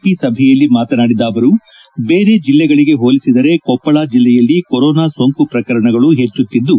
P ಸಭೆಯಲ್ಲಿ ಮಾತನಾಡಿದ ಅವರು ಬೇರ ಜಿಲ್ಲೆಗಳಿಗೆ ಹೋಲಿಸಿದರೆ ಕೊಪ್ಪಳ ಜಿಲ್ಲೆಯಲ್ಲಿ ಕೊರೋನಾ ಸೋಂಕು ಪ್ರಕರಣಗಳು ಹೆಚ್ಚುತ್ತಿದ್ದು